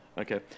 Okay